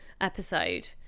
episode